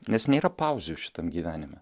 nes nėra pauzių šitam gyvenime